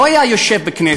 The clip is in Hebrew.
הוא לא היה יושב בכנסת,